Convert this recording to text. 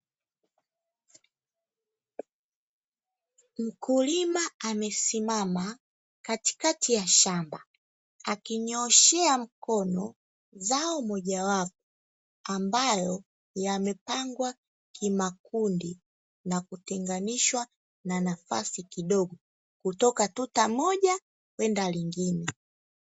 Mkulima amesimama katikati ya shamba akinyooshea umoja yamepangwa kimakundi fahamishwa kidogo kutoka tuta moja kwenda lingine.